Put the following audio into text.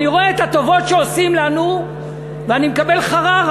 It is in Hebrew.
אני רואה את הטובות שעושים לנו ואני מקבל חררה.